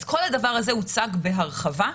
כל זה הוצג בהרחבה.